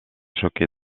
choqué